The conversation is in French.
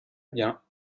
bien